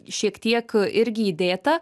šiek tiek irgi įdėta